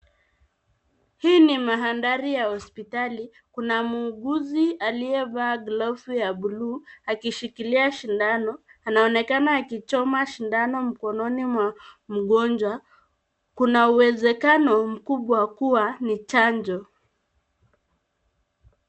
Hii ni mandhari ya hospitali. Kuna muuguzi aliyevaa glovu ya buluu akishikilia shindano. Anaonekana akichoma shindano mkononi mwa mgonjwa. Kuna uwezekano mkubwa kuwa ni chanjo.